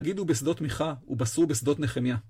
הגידו בשדות מיכה, ובשרו בשדות נחמיה.